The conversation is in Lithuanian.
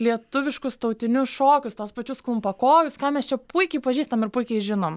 lietuviškus tautinius šokius tuos pačius klumpakojus ką mes čia puikiai pažįstam ir puikiai žinom